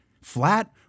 flat